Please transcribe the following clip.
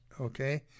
okay